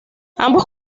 ambos